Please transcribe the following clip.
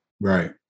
Right